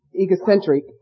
egocentric